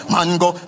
Mango